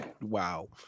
Wow